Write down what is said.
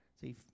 see